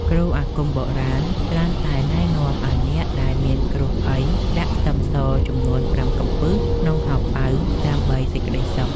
គ្រូអាគមបុរាណច្រើនតែណែនាំឱ្យអ្នកដែលមានគ្រោះភ័យដាក់ខ្ទឹមសចំនួនប្រាំកំពឺសក្នុងហោប៉ៅដើម្បីសេចក្តីសុខ។